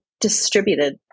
distributed